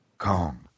Kong